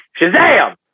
Shazam